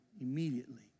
immediately